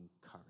courage